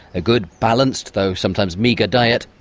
a good balanced though sometimes meagre diet,